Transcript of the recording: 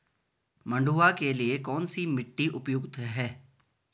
मंडुवा के लिए कौन सी मिट्टी उपयुक्त है?